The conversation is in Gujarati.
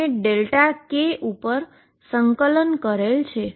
Δk અને k ઉપર ઈન્ટીગ્રેશન કરેલ છે